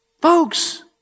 Folks